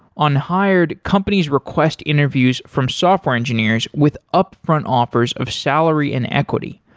on hired, companies request interviews from software engineers with upfront offers of salary and equity,